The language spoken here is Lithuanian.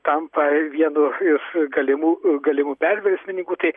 tampa vienu iš galimų galimų perversmininkų tai